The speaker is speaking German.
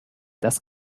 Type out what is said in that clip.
das